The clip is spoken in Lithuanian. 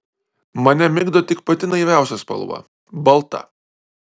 mane migdo tik pati naiviausia spalva balta